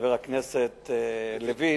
חבר הכנסת לוין,